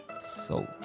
Salt